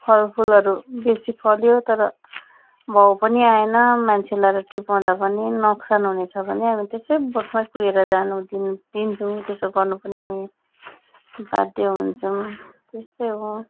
फलफुलहरू बेसी फल्यो तर भाउ पनि आएन मान्छे लाएर टिपाउँदा पनि नोक्सान हुने छ भने अब त्यसै बोटमै कुहिर जानु दिनु दिन्छौँ त्यसो गर्नु पनि हामी बाध्य हुन्छौँ त्यस्तै हो